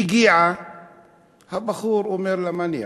הגיע הבחור, אומר לה: מה אני אעשה?